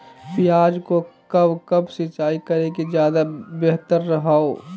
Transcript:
प्याज को कब कब सिंचाई करे कि ज्यादा व्यहतर हहो?